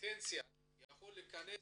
פוטנציאלי יכול להכנס